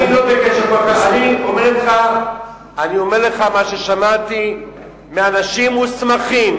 אני אומר לך מה ששמעתי מאנשים מוסמכים,